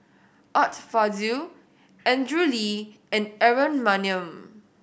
Art Fazil Andrew Lee and Aaron Maniam